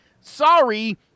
Sorry